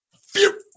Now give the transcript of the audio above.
Phew